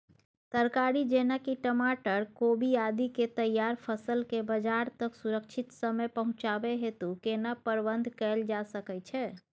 तरकारी जेना की टमाटर, कोबी आदि के तैयार फसल के बाजार तक सुरक्षित समय पहुँचाबै हेतु केना प्रबंधन कैल जा सकै छै?